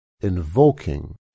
invoking